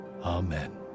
Amen